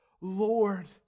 Lord